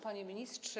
Panie Ministrze!